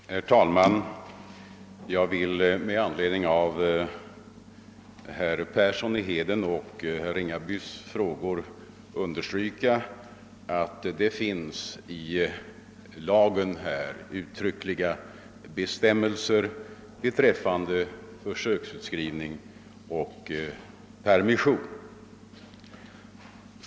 Herr talman! Jag vill med anledning av herrar Perssons i Heden och Ringabys frågor understryka att det finns i lagen uttryckliga bestämmelser beträffande försöksutskrivning och permission.